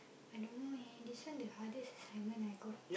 I don't know eh this one the hardest assignment I got